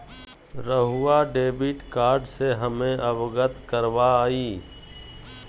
रहुआ debit card से हमें अवगत करवाआई?